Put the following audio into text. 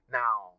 now